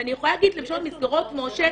ואני יכולה להגיד למשל מסגרות מש"ה